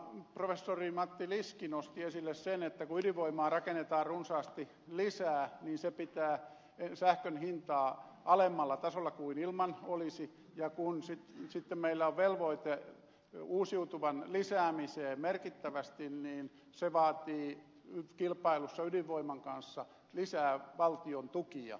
professori matti liski nosti esille sen että kun ydinvoimaa rakennetaan runsaasti lisää niin se pitää sähkön hintaa alemmalla tasolla kuin ilman olisi ja kun sitten meillä on velvoite uusiutuvan lisäämiseen merkittävästi niin se vaatii kilpailussa ydinvoiman kanssa lisää valtion tukia